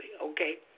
okay